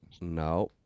No